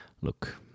look